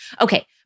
Okay